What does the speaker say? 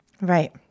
Right